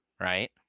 right